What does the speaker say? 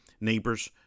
neighbors